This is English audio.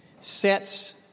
sets